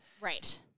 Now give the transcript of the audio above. Right